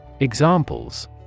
Examples